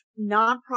nonprofit